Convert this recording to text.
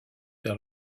vers